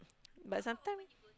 but sometime